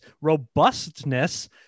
robustness